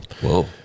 Whoa